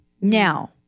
Now